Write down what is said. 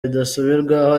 bidasubirwaho